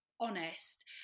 honest